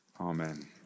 Amen